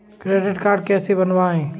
Credit card कैसे बनवाएँ?